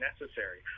necessary